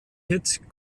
hit